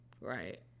Right